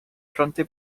fronte